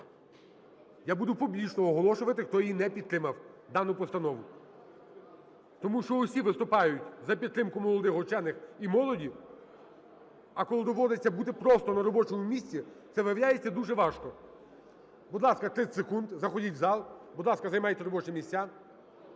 я буду публічно оголошувати, хто її не підтримав, дану постанову, тому що всі виступають за підтримку молодих учених і молоді, а коли доводиться бути просто на робочому місці, це, виявляється, дуже важко. Будь ласка, 30 секунд. Заходьте у зал. Будь ласка, займайте робочі місця.